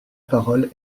parole